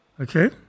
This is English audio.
Okay